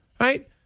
Right